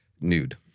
Nude